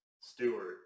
Stewart